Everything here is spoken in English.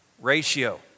Ratio